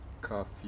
coffee